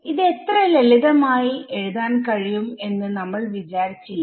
ഇത് ഇത്ര ലളിതമായി എഴുതാൻ കഴിയും എന്ന് നമ്മൾ വിചാരിച്ചില്ല